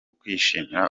kwishimira